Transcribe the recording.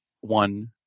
One